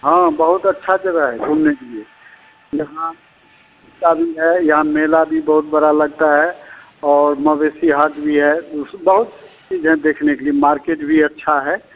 हाँ बहुत अच्छा जगह है घूमने के लिए यहाँ भी है यहाँ मेला भी बहुत बड़ा लगता है और मवेशी हाट भी है बहुत सब चीज़ है देखने के लिए मार्केट भी अच्छा है